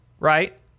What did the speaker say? right